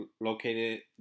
located